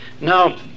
Now